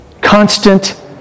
Constant